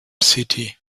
city